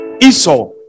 Esau